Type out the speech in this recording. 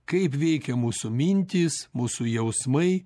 kaip veikia mūsų mintys mūsų jausmai